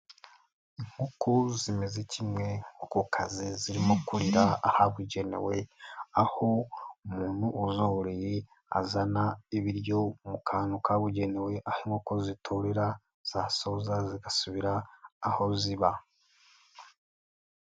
Inkoko zimeze kimwe, inko kazi zirimo kurira ahabugenewe, aho umuntu uzororeye azana ibiryo mu kantu kabugenewe aho inkoko zitorera, zasoza zigasubira aho ziba.